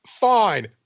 fine